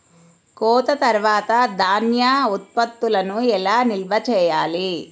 కోత తర్వాత ధాన్య ఉత్పత్తులను ఎలా నిల్వ చేయాలి?